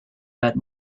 that